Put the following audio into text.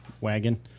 wagon